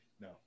No